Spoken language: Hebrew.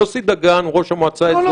יוסי דגן ראש המועצה האזורית -- לא,